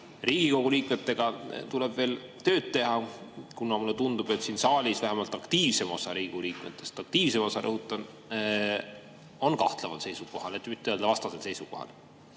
Riigikogu liikmetega tuleb veel tööd teha, kuna mulle tundub, et siin saalis vähemalt aktiivsem osa Riigikogu liikmetest – aktiivsem osa, rõhutan – on kahtleval seisukohal, et mitte öelda [vastupidisel] seisukohal.